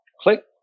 click